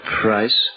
price